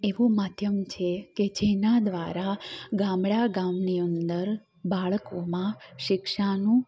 એવું માધ્યમ છે કે જેના દ્વારા ગામડા ગામની અંદર બાળકોમાં શિક્ષાનું